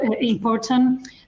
important